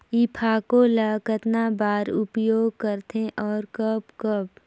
ईफको ल कतना बर उपयोग करथे और कब कब?